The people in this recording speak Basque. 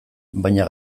baina